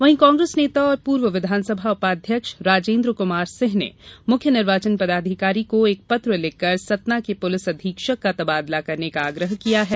वहीं कांग्रेस नेता और पूर्व विधानसभा उपाध्यक्ष राजेन्द्र कुमार सिंह ने मुख्य निर्वाचन पदाधिकारी को एक पत्र लिखकर सतना के पुलिस अधीक्षक का तबादला करने का आग्रह किया है